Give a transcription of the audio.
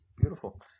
Beautiful